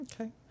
okay